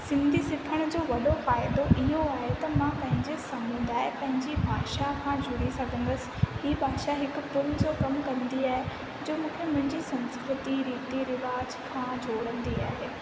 सिंधी सिखण जो वॾो फ़ाइदो इहो आहे त मां पंहिंजे समुदाय पंहिंजी भाषा खां जुड़ी सघंदसि ही भाषा हिकु पुल जो कमु कंदी आहे जो मूंखे मुंहिंजी संस्कृति रीती रिवाज खां जोड़ींदी आहे